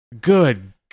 Good